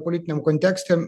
politiniam kontekste